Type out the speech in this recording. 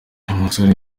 musore